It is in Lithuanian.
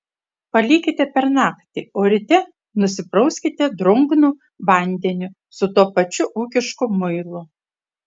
palikite per naktį o ryte nusiprauskite drungnu vandeniu su tuo pačiu ūkišku muilu